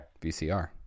vcr